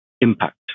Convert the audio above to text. impact